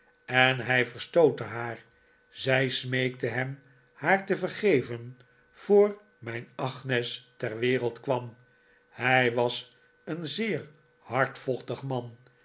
en hij verstootte haar zij smeekte hem haar te vergeven voor mijn agnes ter wereld kwam hij was een zeer hardvochtig man